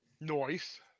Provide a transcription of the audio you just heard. Noise